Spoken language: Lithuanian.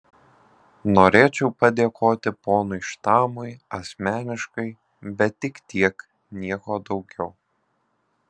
norėčiau padėkoti ponui štamui asmeniškai bet tik tiek nieko daugiau